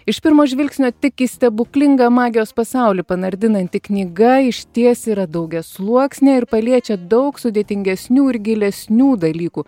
iš pirmo žvilgsnio tik į stebuklinga magijos pasaulį panardinanti knyga išties yra daugiasluoksnė ir paliečia daug sudėtingesnių ir gilesnių dalykų